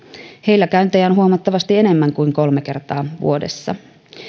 heillä käyntejä on huomattavasti enemmän kuin kolme kertaa vuodessa